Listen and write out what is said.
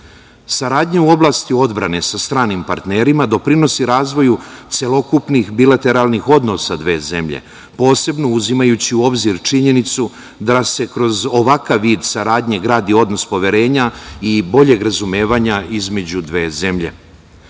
u oblasti odbrane sa stranim partnerima doprinosi razvoju celokupnih bilateralnih odnosa dve zemlje, posebno uzimajući u obzir činjenicu da se kroz ovakav vid saradnje gradi odnos poverenja i boljeg razumevanja između dve zemlje.